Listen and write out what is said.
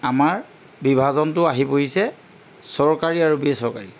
আমাৰ বিভাজনটো আহি পৰিছে চৰকাৰী আৰু বেচৰকাৰী